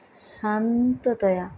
शान्ततया